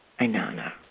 Ainana